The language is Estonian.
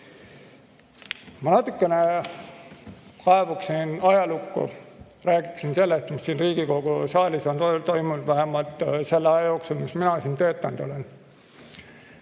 Ma natukene kaevuksin ajalukku, räägiksin sellest, mis siin Riigikogu saalis on toimunud selle aja jooksul, mis mina siin töötanud olen.